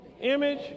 image